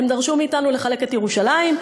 הם דרשו מאתנו לחלק את ירושלים,